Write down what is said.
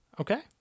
Okay